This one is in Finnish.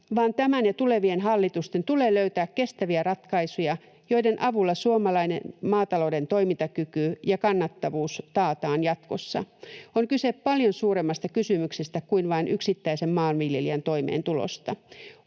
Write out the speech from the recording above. vaan tämän ja tulevien hallitusten tulee löytää kestäviä ratkaisuja, joiden avulla suomalaisen maatalouden toimintakyky ja kannattavuus taataan jatkossa. On kyse paljon suuremmasta kysymyksestä kuin vain yksittäisen maanviljelijän toimeentulosta: